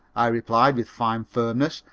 i replied with fine firmness,